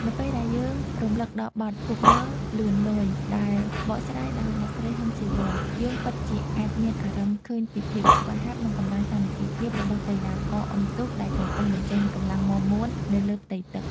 នៅពេលដែលយើងរំលឹកដល់បទ «ទូកងលឿនលយ» ដែលបកស្រាយដោយអ្នកស្រី ហ៊ឹម ស៊ីវន យើងពិតជាអាចមានអារម្មណ៍ឃើញពីភាពស្វាហាប់ និងកម្លាំងសាមគ្គីភាពរបស់កីឡាករអុំទូកដែលកំពុងបញ្ចេញកម្លាំងមាំមួននៅលើផ្ទៃទឹក។